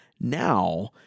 now